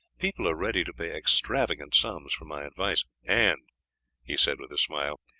people are ready to pay extravagant sums for my advice. and he said with a smile,